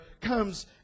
comes